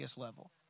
level